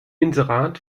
inserat